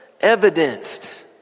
evidenced